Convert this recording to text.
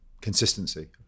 consistency